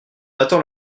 attend